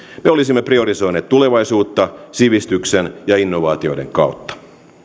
me olisimme priorisoineet tulevaisuutta sivistyksen ja innovaatioiden kautta